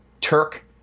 Turk